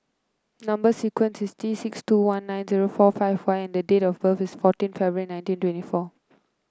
number sequence is T six two one nine zero four five Y and date of birth is fourteen February nineteen twenty four